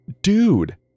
Dude